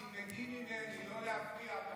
תלמדי ממני לא להפריע.